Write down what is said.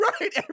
Right